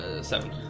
seven